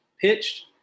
pitched